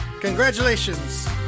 Congratulations